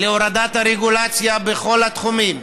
להורדת הרגולציה בכל התחומים.